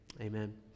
Amen